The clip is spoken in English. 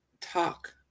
talk